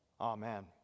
Amen